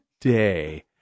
day